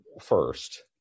first